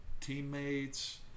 teammates